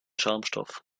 schaumstoff